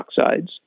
oxides